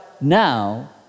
now